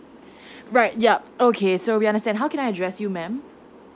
right yup okay so we understand how can I address you mam